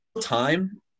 time